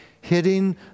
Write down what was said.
hitting